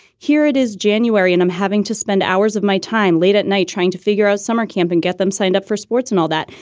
here it is january. and i'm having to spend hours of my time late at night trying to figure out summer camp and get them signed up for sports and all that.